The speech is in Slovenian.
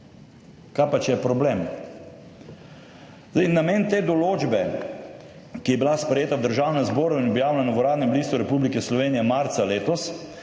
Kaj pa, če je problem? Namen te določbe, ki je bila sprejeta v Državnem zboru in objavljena v Uradnem listu Republike Slovenije marca letos,